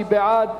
מי בעד?